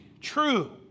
true